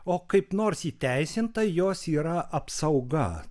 o kaip nors įteisinta jos yra apsauga